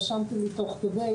רשמתי לי תוך כדי,